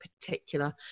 particular